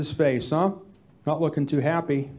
his face i'm not looking too happy